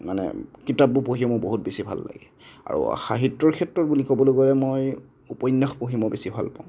মানে কিতাপবোৰ পঢ়ি মোৰ বহুত বেছি ভাল লাগে আৰু সাহিত্যৰ ক্ষেত্ৰত বুলি ক'বলৈ গ'লে মই উপন্যাস পঢ়ি মই বেছি ভাল পাওঁ